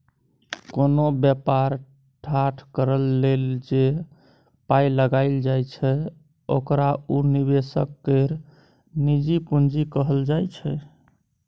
कोनो बेपार ठाढ़ करइ लेल जे पाइ लगाइल जाइ छै ओकरा उ निवेशक केर निजी पूंजी कहल जाइ छै